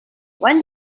when